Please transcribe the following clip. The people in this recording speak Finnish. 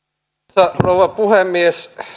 arvoisa rouva puhemies